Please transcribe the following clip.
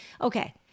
okay